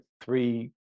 three